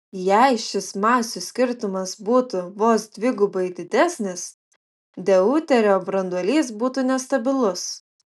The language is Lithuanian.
jei šis masių skirtumas būtų vos dvigubai didesnis deuterio branduolys būtų nestabilus